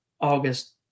August